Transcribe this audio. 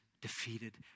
defeated